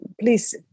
please